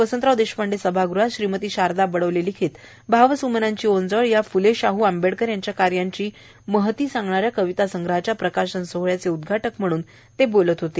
Vasantrao Deshpande hall येथे श्रीमती शारदा बडोले लिखित भावसूमनांची ओंजळ या फ्ले शाह आंबेडकर यांच्या कार्याची महती सांगणा या कवितासंग्रहाच्या प्रकाशन सोहळ्याचे उद्घाटक म्हणून ते बोलत होते